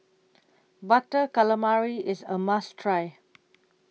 Butter Calamari IS A must Try